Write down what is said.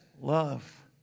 love